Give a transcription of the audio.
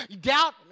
Doubt